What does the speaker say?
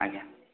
ଆଜ୍ଞା